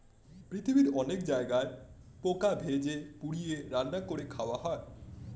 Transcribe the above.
পৃথিবীর নানা জায়গায় পোকা ভেজে, পুড়িয়ে, রান্না করে খাওয়া হয়